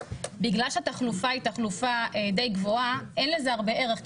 בגלל שהתחלופה היא די גבוהה אין לזה הרבה ערך,